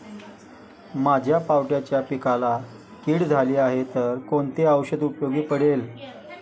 माझ्या पावट्याच्या पिकाला कीड झाली आहे तर कोणते औषध उपयोगी पडेल?